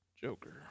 Joker